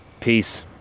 peace